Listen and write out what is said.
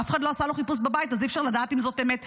אף אחד לא עשה לו חיפוש בבית אז אי-אפשר לדעת אם זאת אמת.